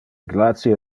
glacie